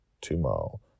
tomorrow